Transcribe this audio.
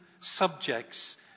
subjects